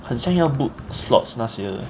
很像要 book slots 那些